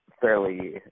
fairly